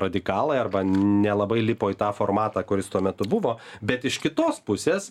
radikalai arba nelabai lipo į tą formatą kuris tuo metu buvo bet iš kitos pusės